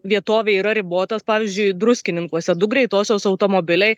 vietovėj yra ribotas pavyzdžiui druskininkuose du greitosios automobiliai